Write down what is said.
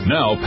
Now